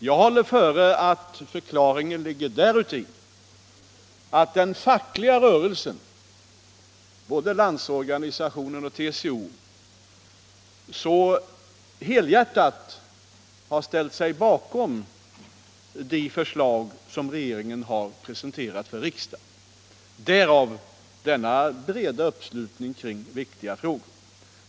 Jag håller före att förklaringen ligger däruti att den fackliga rörelsen — både Landsor Iganisationen och TCO -— så helhjärtat har ställt sig bakom de förslag som regeringen har presenterat för riksdagen. Därav denna breda upp Islutning kring viktiga frågor.